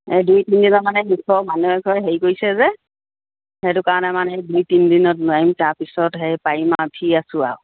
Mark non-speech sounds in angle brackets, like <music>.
এই দুই তিনিদিনৰ মানে <unintelligible> মানুহ এঘৰে হেৰি কৰিছে যে সেইটো কাৰণে মানে দুই তিনদিনত নোৱাৰিম তাৰপিছত সেই পাৰিম আৰু ফ্ৰী আছোঁ আৰু